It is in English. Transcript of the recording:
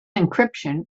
encryption